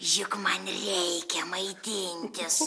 juk man reikia maitintis